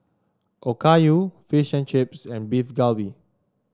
Okayu Fish and Chips and Beef Galbi